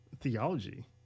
theology